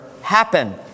happen